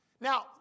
Now